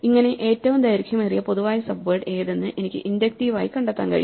ഇങ്ങനെ ഏറ്റവും ദൈർഘ്യമേറിയ പൊതുവായ സബ്വേഡ് ഏതെന്ന് എനിക്ക് ഇൻഡക്റ്റീവ് ആയി കണ്ടെത്താൻ കഴിയും